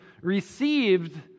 received